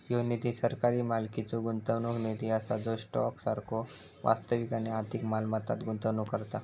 ह्यो निधी सरकारी मालकीचो गुंतवणूक निधी असा जो स्टॉक सारखो वास्तविक आणि आर्थिक मालमत्तांत गुंतवणूक करता